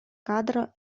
kadro